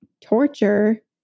torture